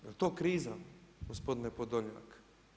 Jel' to kriza gospodine Podolnjak?